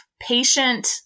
patient